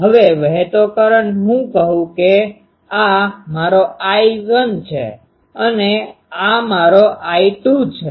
હવે વહેતો કરંટ હું કહું કે આ મારો I1 છે અને આ મારો I2 છે